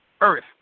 Earth